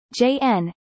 JN